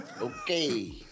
Okay